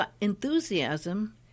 enthusiasm